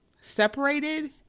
separated